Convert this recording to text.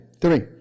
Three